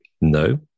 No